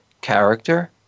character